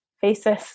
faces